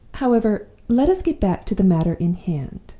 however, let us get back to the matter in hand.